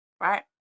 right